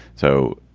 so